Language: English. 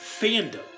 fandom